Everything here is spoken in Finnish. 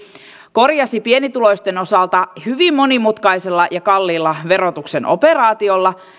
korjasi pienituloisten osalta hyvin monimutkaisella ja kalliilla verotuksen operaatiolla